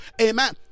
amen